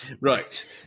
Right